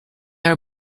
are